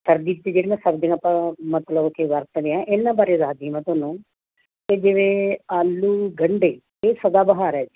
ਸਰਦੀ 'ਚ ਜਿਹੜੀਆਂ ਸਬਜ਼ੀਆਂ ਆਪਾਂ ਮਤਲਬ ਕੇ ਵਰਤਦੇ ਹੈ ਇਹਨਾਂ ਬਾਰੇ ਦੱਸਦੀ ਮੈਂ ਤੁਹਾਨੂੰ ਕਿ ਜਿਵੇਂ ਆਲੂ ਗੰਢੇ ਇਹ ਸਦਾ ਬਹਾਰ ਹੈ ਜੀ